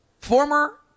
former